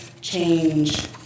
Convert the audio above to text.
change